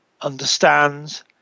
understands